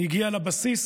הגיעה לבסיס